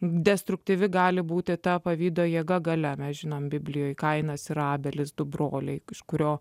destruktyvi gali būti ta pavydo jėga galia mes žinome biblijoje kainas ir abelis du broliai iš kurio